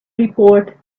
report